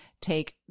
take